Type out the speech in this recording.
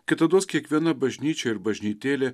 kitados kiekviena bažnyčia ir bažnytėlė